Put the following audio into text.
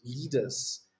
leaders